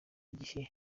gihe